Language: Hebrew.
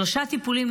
שלושה טיפולים.